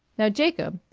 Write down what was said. now jacob,